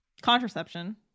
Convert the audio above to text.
contraception